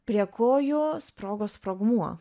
prie kojų sprogo sprogmuo